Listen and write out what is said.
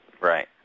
Right